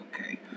okay